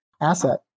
asset